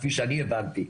כפי שאני הבנתי.